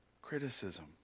criticism